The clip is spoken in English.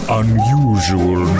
unusual